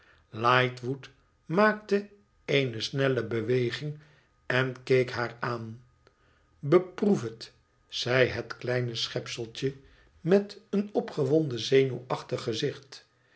lightwood maakte eene snelle beweging en keek haar aan beproef het zei het kleine schepseltje met een opgewonden zenuwachtig gezicht